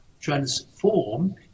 transform